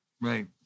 right